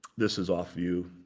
this is off view.